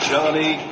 Johnny